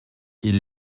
ils